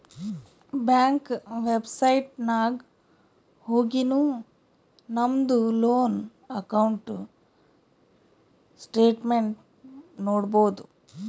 bank website ನಾಗ್ ಹೊಗಿನು ನಮ್ದು ಲೋನ್ ಅಕೌಂಟ್ ಸ್ಟೇಟ್ಮೆಂಟ್ ನೋಡ್ಬೋದು